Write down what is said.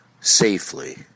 safely